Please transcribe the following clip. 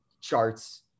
charts